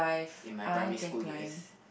in my primary school yes